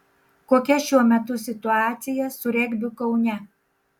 kokia šiuo metu situacija su regbiu kaune